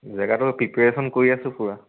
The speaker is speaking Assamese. জেগাটো প্ৰিপেৰেচ্য়ন কৰি আছোঁ পুৰা